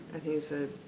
and he said,